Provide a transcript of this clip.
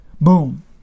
Boom